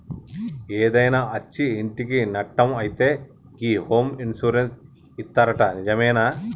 ఏదైనా అచ్చి ఇంటికి నట్టం అయితే గి హోమ్ ఇన్సూరెన్స్ ఇత్తరట నిజమేనా